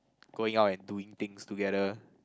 going out and doing things together